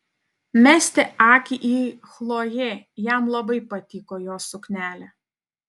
mesti akį į chlojė jam labai patiko jos suknelė